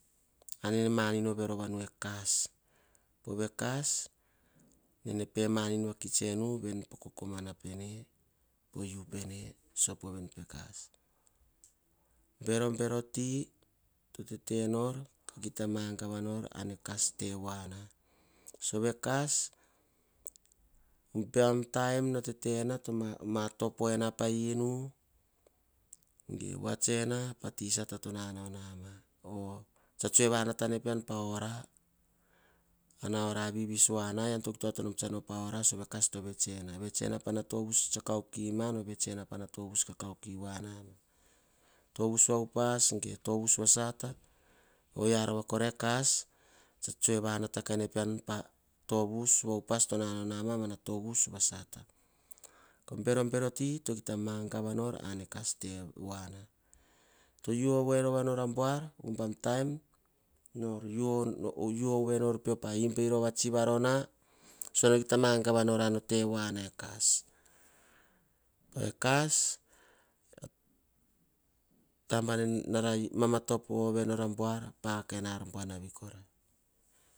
Ane manin overova nu ekas. Pove kas nene pe manin vakits nen po kokomana pene sopo pekas berobero ti to tete nor ka kita magavanor ane kas tevoana. Ubam bon no tetena ka matopo ena pa enu voa ats ena pa ti sata. Ka tsoe vanata ene pean po ora pana ora vivis voa. Ean tsa kita op sove to vets ena. Vet ena pana tovus tsa kaukima. Tivus na upe ge tovus vasata. Oyia roya kora ekas tsa tsoe kaenapian pa tovus vasata mana tovus vasata. Bero bero ti tokita magava nor ane kas tevoana u. Ove nor a buar pa imbi atsi varona sova nor kita magava nor ane kas tevoana pove kas nara mamat topo ove nor a arbuanavi.